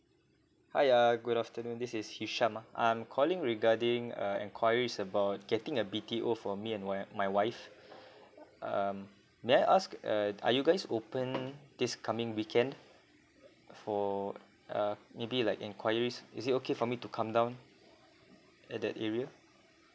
hi uh good afternoon this is hisham ah I'm calling regarding uh enquiries about getting a B_T_O for me and my my wife um may I ask uh are you guys open this coming weekend for uh maybe like enquiries is it okay for me to come down at that area